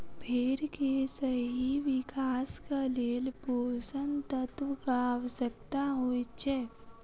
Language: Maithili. भेंड़ के सही विकासक लेल पोषण तत्वक आवश्यता होइत छै